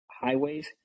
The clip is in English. highways